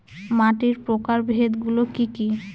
মাটির প্রকারভেদ গুলো কি কী?